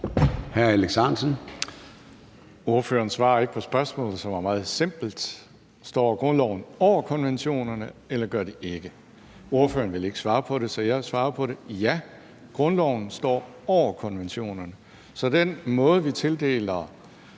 Ahrendtsen (DF): Ordføreren svarede ikke på spørgsmålet, som var meget simpelt: Står grundloven over konventionerne, eller gør den ikke? Ordføreren vil ikke svare på det, så jeg svarer på det: Ja, grundloven står over konventionerne. Så den måde, vi tildeler